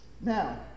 Now